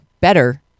better